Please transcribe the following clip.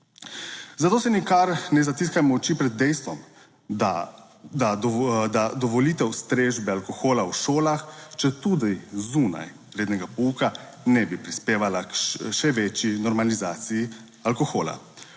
Zato si nikar ne zatiskamo oči pred dejstvom, da dovolitev strežbe alkohola v šolah, četudi zunaj rednega pouka, ne bi prispevala k še večji normalizaciji alkohola.